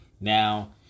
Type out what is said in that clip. Now